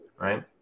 right